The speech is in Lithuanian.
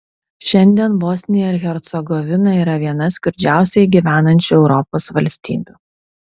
šiandien bosnija ir hercegovina yra viena skurdžiausiai gyvenančių europos valstybių